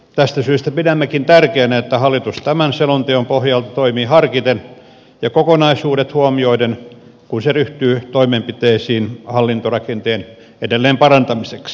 tästä syystä pidämmekin tärkeänä että hallitus tämän selonteon pohjalta toimii harkiten ja kokonaisuudet huomioiden kun se ryhtyy toimenpiteisiin hallintorakenteen edelleenparantamiseksi